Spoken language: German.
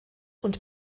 und